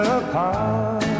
apart